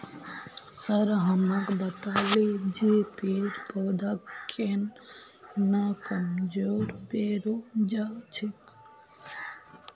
sir हमाक बताले जे पेड़ पौधा केन न कमजोर पोरे जा छेक